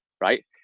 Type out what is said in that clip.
right